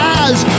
eyes